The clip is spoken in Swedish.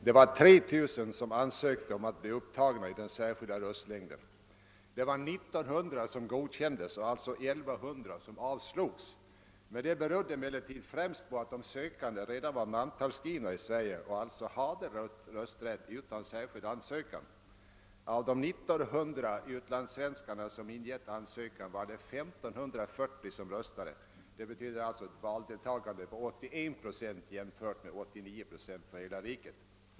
Det var 3 000 personer som ansökte om att bli upptagna i den särskilda röstlängden, och 1900 godkändes. Följaktligen avslogs 1100. Detta berodde emellertid främst på att de sökande redan var mantalsskrivna i Sverige och alltså hade rösträtt utan särskild ansökan. Av de 1900 utlandssvenskar som ingivit ansökan var det 1540 som röstade. Det betyder alltså ett valdeltagande på 81 procent, vilket bör jämföras med 89 procent för hela riket.